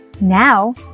Now